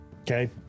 okay